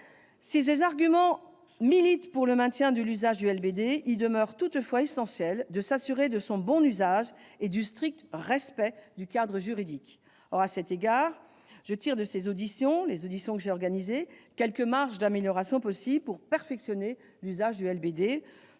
Si ces arguments plaident pour le maintien de l'usage du LBD, il demeure toutefois essentiel de s'assurer de la bonne utilisation de celui-ci et du strict respect du cadre juridique. À cet égard, je tire de mes auditions le constat de quelques marges d'amélioration possibles pour perfectionner l'usage du LBD.